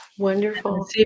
Wonderful